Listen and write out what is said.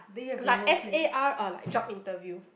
like S_A_R or like job interview